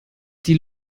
die